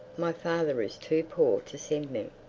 my father is too poor to send me.